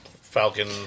Falcon